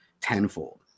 tenfold